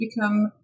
become